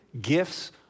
gifts